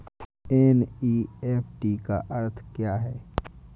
NEFT का अर्थ क्या है?